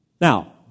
Now